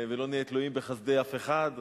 ולא נהיה תלויים בחסדי אף אחד,